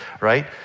right